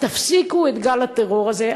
תפסיקו את גל הטרור הזה.